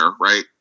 right